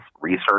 research